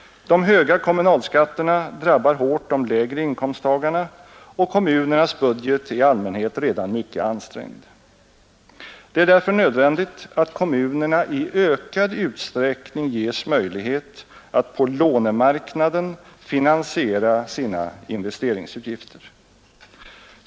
De höga kommunalskatterna drabbar de lägre inkomsttagarna hårt och kommunernas budget är i allmänhet redan mycket ansträngd. Det är därför nödvändigt att kommunerna i ökad utsträckning ges möjlighet att på lånemarknaden finansiera sina investeringsutgifter.